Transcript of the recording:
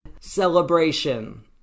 celebration